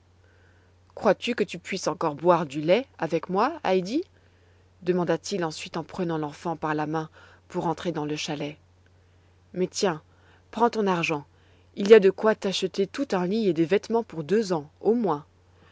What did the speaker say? crois-tu que tu puisses encore boire du lait avec moi heidi demanda-t-il ensuite en prenant l'enfant par la main pour rentrer dans le chalet mais tiens prends ton argent il y a de quoi t'acheter tout un lit et des vêtements pour deux ans au moins